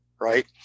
right